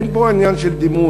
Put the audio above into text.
אין פה עניין של דימוי.